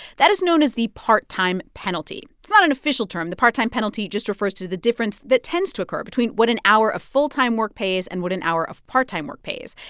that is known as the part-time penalty. it's not an official term. the part-time penalty just refers to the difference that tends to occur between what an hour of full-time work pays and what an hour of part-time work pays.